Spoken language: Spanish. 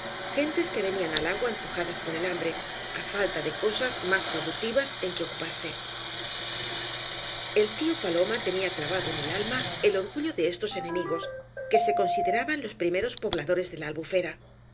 gentes que venían al agua empujadas por ei hambre á falta de cosaa más productivas en que ocuparse el tío paloma tenía clavado en el alma el orgullo de estoa etiemigos que se consideraban los pritaeros pobladores de la albufera